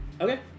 Okay